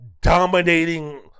dominating